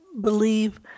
believe